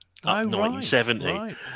1970